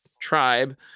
Tribe